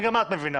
גם את מבינה.